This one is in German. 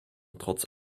trotz